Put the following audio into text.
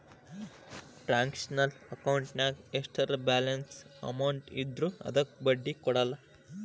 transactional ಅಕೌಂಟಿನ್ಯಾಗ ಎಷ್ಟರ balance amount ಇದ್ರೂ ಅದಕ್ಕ ಬಡ್ಡಿ ಕೊಡಲ್ಲ